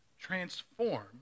transform